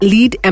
Lead